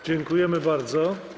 Dziękujemy bardzo.